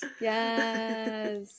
Yes